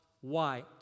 white